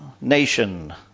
nation